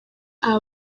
aba